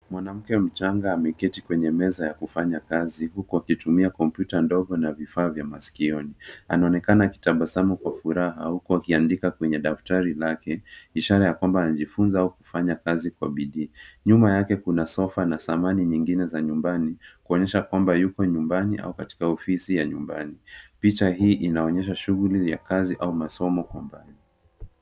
Mwanamke mchanga ameketi kwenye meza ndogo huku akitumia kompyuta na vifaa vya maskioni. Naonekana akitabasamu kwa furaha huku akiandika kwenye daftari lake, ishara ya kwamba anajifunza kufanya kazi kwa bidii. Nyuma yake kuna sofa na thamani zingine za nyumbani kuonesha ya kwamba yuko nyumbani au katika ofisi ya nyumbani. Picha hii inaonyesha au shughuli ya kazi au masomo kwa mbali.